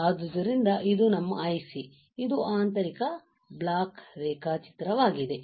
ಆದ್ದರಿಂದ ಇದು ನಮ್ಮ IC ಇದು ಆಂತರಿಕ ಬ್ಲಾಕ್ ರೇಖಾಚಿತ್ರವಾಗಿದೆ